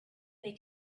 they